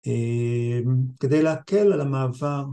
‫כדי להקל על המעבר.